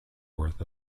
worth